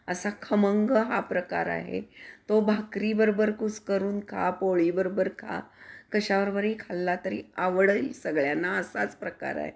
असा खमंग हा प्रकार आहे तो भाकरीबरोबर कुस्करून खा पोळीबरोबर खा कशाबरोबरही खाल्ला तरी आवडील सगळ्यांना असाच प्रकार आहे